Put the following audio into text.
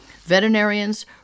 Veterinarians